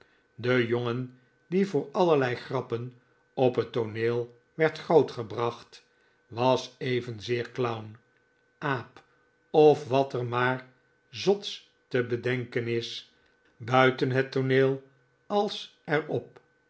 de jongen die voor allerlei grappen op het tooneel werdgrootgebracht was evenzeer clown aap of wat er maar zots te bedenken is buiten het tooneel als er